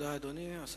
אדוני, תודה.